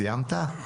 סיימת?